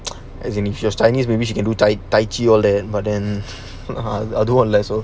as in she was chinese maybe she can do tai tai chi all that but then I don't know so